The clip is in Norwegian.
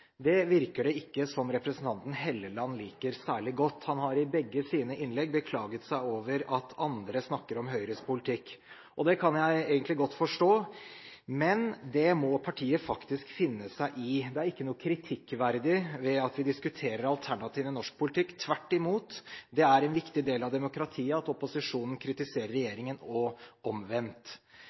Det virker det ikke som om representanten Helleland liker særlig godt – han har i begge sine innlegg beklaget seg over at andre snakker om Høyres politikk. Det kan jeg egentlig godt forstå, men det må partiet faktisk finne seg i. Det er ikke noe kritikkverdig ved at vi diskuterer alternativet i norsk politikk. Tvert imot, det er en viktig del av demokratiet at opposisjonen kritiserer regjeringen og